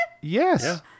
Yes